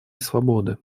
свободы